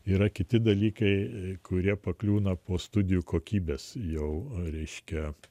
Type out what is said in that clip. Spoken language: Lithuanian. yra kiti dalykai kurie pakliūna po studijų kokybės jau reiškia